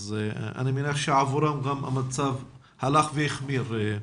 אז אני מניח שעבורם המצב גם הלך והחמיר.